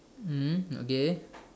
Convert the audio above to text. mmhmm okay